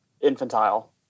infantile